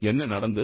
என்ன நடந்தது